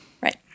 Right